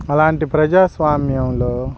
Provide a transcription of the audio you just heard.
అలాంటి ప్రజాస్వామ్యంలో